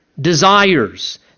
desires